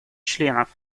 членов